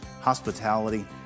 hospitality